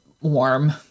warm